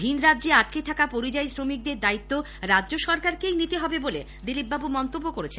ভিন রাজ্যে আটকে থাকা পরিযায়ী শ্রমিকদের দায়িত্ব রাজ্য সরকারকেই নিতে হবে বলে দিলিপবাবু মন্তব্য করেন